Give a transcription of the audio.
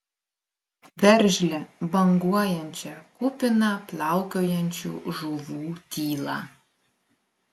veržlią banguojančią kupiną plaukiojančių žuvų tylą